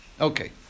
Okay